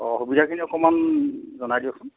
অঁ সুবিধাখিনি অকণমাণ জনাই দিয়কচোন